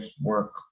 work